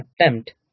attempt